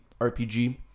RPG